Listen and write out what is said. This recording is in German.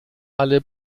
alle